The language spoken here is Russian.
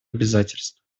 обязательств